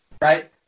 right